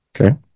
Okay